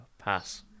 pass